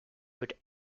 would